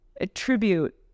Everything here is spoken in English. attribute